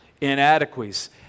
inadequacies